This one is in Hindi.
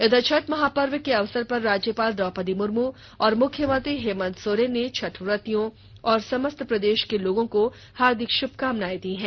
इधर छठ महापर्व के अवसर पर राज्यपाल द्रौपदी मुर्मू और मुख्यमंत्री हेमंत सोरेन ने छठ व्रतियों और समस्त प्रदेश के लोगों को हार्दिक शुभकामनाएं दी है